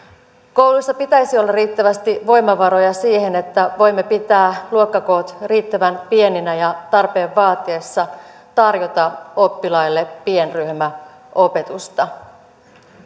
kouluissa pitäisi olla riittävästi voimavaroja siihen että voimme pitää luokkakoot riittävän pieninä ja tarpeen vaatiessa tarjota oppilaille pienryhmäopetusta